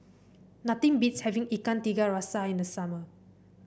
nothing beats having Ikan Tiga Rasa in the summer